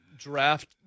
draft